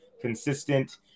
consistent